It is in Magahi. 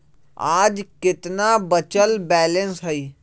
आज केतना बचल बैलेंस हई?